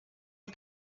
ein